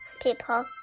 people